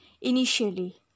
initially